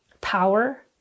power